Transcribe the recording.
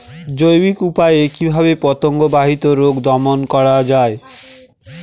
জৈবিক উপায়ে কিভাবে পতঙ্গ বাহিত রোগ দমন করা যায়?